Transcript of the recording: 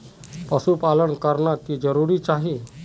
पशुपालन करना की जरूरी जाहा?